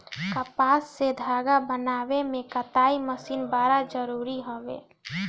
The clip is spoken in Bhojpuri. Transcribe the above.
कपास से धागा बनावे में कताई मशीन बड़ा जरूरी हवे